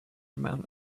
amount